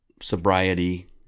sobriety